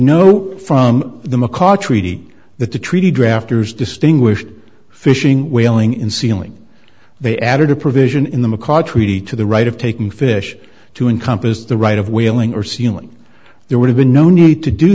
know from the macaw treaty that the treaty drafters distinguished fishing whaling in sealing they added a provision in the macaw treaty to the right of taking fish to encompass the right of whaling or sealing there would have been no need to do